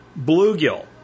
Bluegill